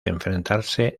enfrentarse